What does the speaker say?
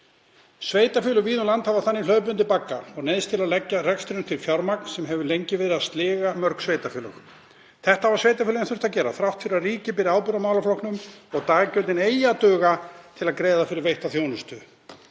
Sveitarfélög víða um land hafa þannig hlaupið undir bagga og neyðst til að leggja rekstrinum til fjármagn sem hefur lengi verið að sliga mörg sveitarfélög. Þetta hafa sveitarfélögin þurft að gera þrátt fyrir að ríkið beri ábyrgð á málaflokknum og daggjöldin eigi að duga til að greiða fyrir veitta þjónustu.